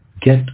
get